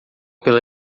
pela